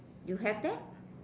you have that